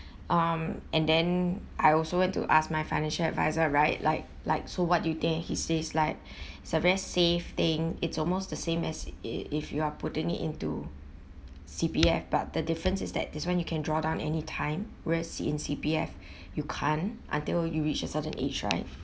um and then I also went to ask my financial advisor right like like so what do you think he says like it's a very safe thing it's almost the same as if you are putting it into C_P_F but the difference is that this one you can draw down anytime whereas in C_P_F you can't until you reach a certain age right